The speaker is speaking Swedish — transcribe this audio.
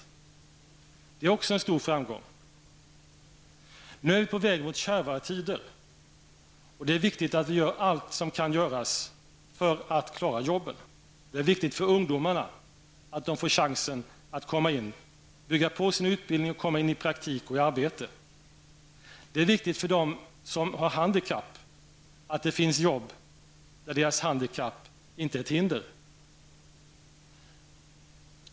Detta är också en stor framgång. Nu är vi på väg mot kärvare tider, och det är viktigt att vi gör allt som kan göras för att klara jobben. Det är viktigt för ungdomarna att de får chansen att komma in i arbetslivet, bygga på sin utbildning och komma i arbete. Det är viktigt för dem som har handikapp att det finns arbeten där deras handikapp inte är ett hinder.